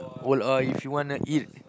old ah or if you wanna eat